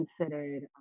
considered